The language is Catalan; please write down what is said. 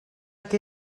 que